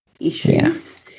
issues